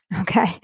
Okay